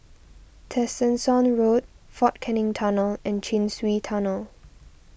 Tessensohn Road fort Canning Tunnel and Chin Swee Tunnel